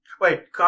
Wait